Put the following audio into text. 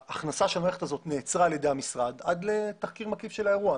ההכנסה של המערכת הזאת נעצרה על ידי המשרד עד לתחקיר מקיף של האירוע.